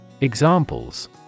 Examples